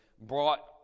brought